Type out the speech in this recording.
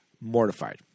mortified